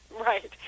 Right